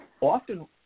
often